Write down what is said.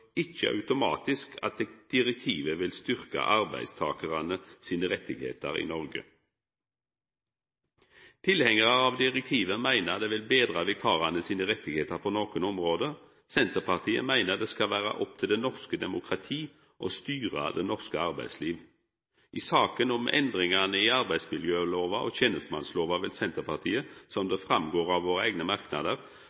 ikkje automatisk at direktivet vil styrkja arbeidstakarane sine rettar i Noreg. Tilhengarar av direktivet meiner at det vil betra vikarane sine rettar på nokre område. Senterpartiet meiner det skal vera opp til det norske demokratiet å styra det norske arbeidslivet. I saka om endringane i arbeidsmiljølova og tenestemannslova vil Senterpartiet, som